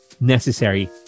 necessary